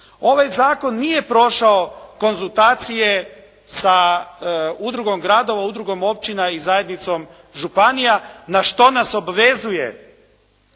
Ovaj zakon nije prošao konzultacije sa udrugom gradova, udrugom općina i zajednicom županija, na što nas obvezuje